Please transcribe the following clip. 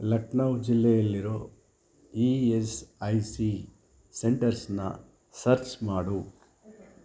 ಲಕ್ನೌ ಜಿಲ್ಲೆಯಲ್ಲಿರೋ E S I C ಸೆಂಟರ್ಸನ್ನ search ಮಾಡು